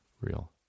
Real